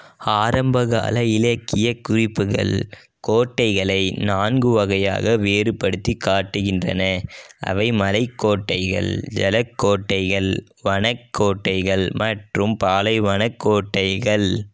ஆரம்பகால இலக்கியக் குறிப்புகள் கோட்டைகளை நான்கு வகையாக வேறுபடுத்திக் காட்டுகின்றன அவை மலைக் கோட்டைகள் ஜலக் கோட்டைகள் வனக் கோட்டைகள் மற்றும் பாலைவனக் கோட்டைகள்